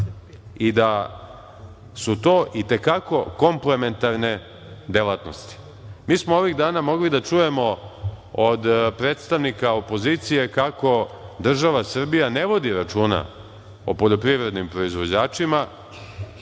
i da su to i te kako kompementarne delatnosti. Mi smo ovih dana mogli da čujemo od predstavnika opozicije kako država Srbija ne vodi računa o poljoprivrednim proizvođačima